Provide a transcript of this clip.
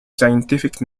scientific